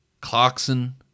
Clarkson